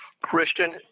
Christian